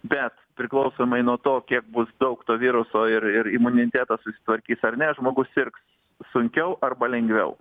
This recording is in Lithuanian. bet priklausomai nuo to kiek bus daug to viruso ir ir imunitetas susitvarkys ar ne žmogus sirgs sunkiau arba lengviau